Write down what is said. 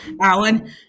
Alan